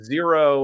Zero